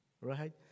right